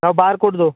लाओ bar code दो